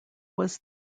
was